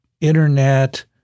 Internet